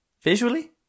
visually